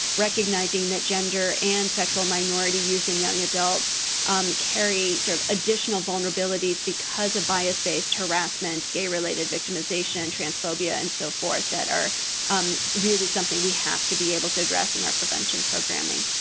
recognizing that gender and sexual minority youth and young adults carry, sort of, additional vulnerabilities because of bias-based harassment, gay-related victimization, transphobia, and so forth, that are really something we have to be able to address in our prevention programming.